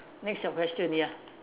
next your question ya